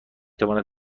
تواند